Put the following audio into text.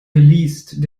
geleast